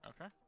okay